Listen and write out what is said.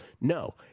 No